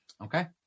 Okay